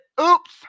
oops